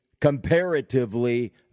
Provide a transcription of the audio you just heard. comparatively